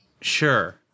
Sure